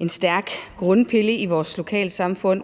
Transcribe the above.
en stærk grundpille i vores lokalsamfund,